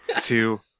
two